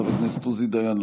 חבר הכנסת עוזי דיין,